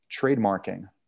trademarking